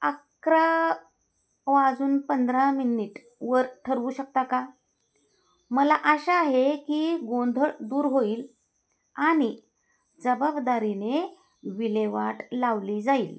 अकरा वाजून पंधरा मिन्निट वर ठरवू शकता का मला आशा आहे की गोंधळ दूर होईल आणि जवाबदारीने विल्हेवाट लावली जाईल